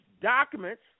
documents